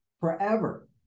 forever